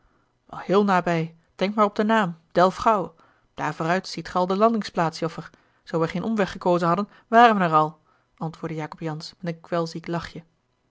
heel nabij denk maar op den naam delfgauw daar vooruit ziet ge al de landingsplaats joffer zoo we geen omweg gekozen hadden waren we er al antwoordde jacob jansz met een kwelziek lachje